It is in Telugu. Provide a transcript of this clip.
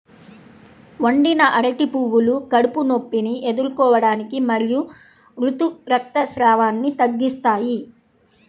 వండిన అరటి పువ్వులు కడుపు నొప్పిని ఎదుర్కోవటానికి మరియు ఋతు రక్తస్రావాన్ని తగ్గిస్తాయి